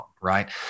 right